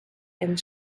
and